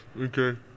Okay